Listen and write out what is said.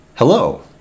Hello